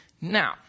Now